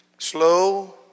Slow